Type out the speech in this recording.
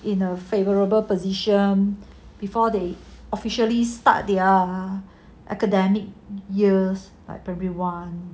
in a favourable position before they officially start their academic years like primary one